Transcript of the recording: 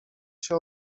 się